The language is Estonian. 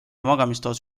magamistoas